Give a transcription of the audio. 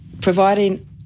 providing